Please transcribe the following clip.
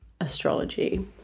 astrology